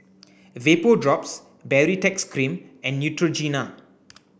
Vapodrops Baritex cream and Neutrogena